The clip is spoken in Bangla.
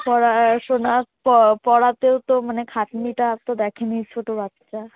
পড়াশোনা প পড়াতেও তো মানে খাটনিটা তো দেখেনই ছোটো বাচ্চা